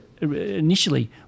initially